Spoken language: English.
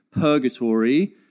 purgatory